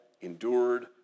endured